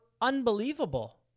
unbelievable